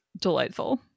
Delightful